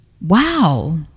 wow